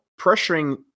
pressuring